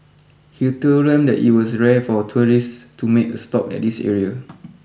he told them that it was rare for tourists to make a stop at this area